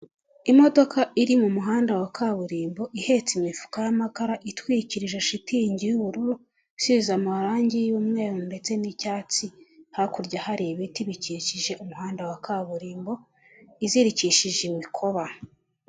Imodoka iri mu muhanda wa kaburimbo ihetse imifuka y'amakara itwikirije shitingi y'ubururu isize amarangi y'umweru ndetse n'icyatsi, hakurya hari ibiti bikikije umuhanda wa kaburimbo izirikishije imikoba.